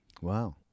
Wow